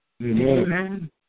Amen